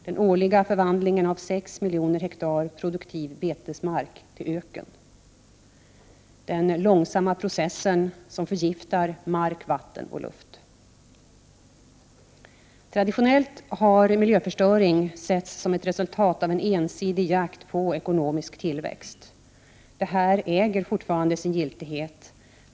— Den långsamma processen som förgiftar mark, vatten och luft. Traditionellt har miljöförstöring setts som ett resultat av en ensidig jakt på ekonomisk tillväxt. Detta äger fortfarande sin giltighet.